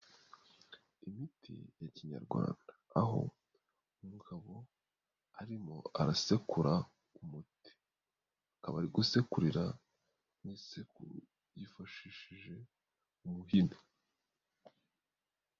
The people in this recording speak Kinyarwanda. Imiti ya kinyarwanda aho umugabo arimo arasekura umuti, akaba ari gusekurira mu isekuru yifashishije umuhini.